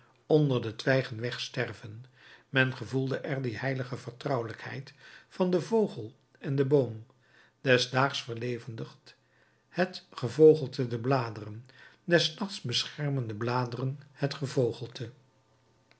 onder de twijgen wegsterven men gevoelde er die heilige vertrouwelijkheid van den vogel en den boom des daags verlevendigt het gevogelte de bladeren des nachts beschermen de bladeren het gevogelte